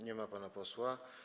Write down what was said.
Nie ma pana posła.